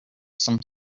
some